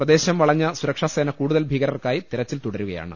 പ്രദേശം വളഞ്ഞ സുരക്ഷാസേന കൂടുതൽ ഭീകരർക്കായി തെരച്ചിൽ തുടരുകയാണ്